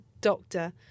doctor